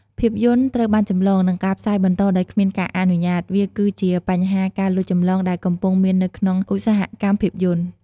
ភាពយន្តត្រូវបានចម្លង និងការផ្សាយបន្តដោយគ្មានការអនុញ្ញាត វាគឺជាបញ្ហាការលួចចម្លងដែលកំពុងមាននៅក្នុងឧស្សាហកម្មភាពយន្ត។